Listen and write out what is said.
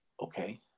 okay